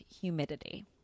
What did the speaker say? humidity